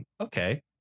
okay